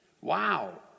Wow